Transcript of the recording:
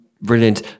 brilliant